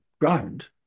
ground